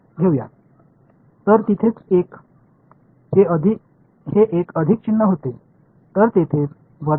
எனவே எந்த மைனஸ் அடையாளமும் இருக்கக்கூடாது